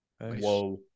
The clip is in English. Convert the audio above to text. Whoa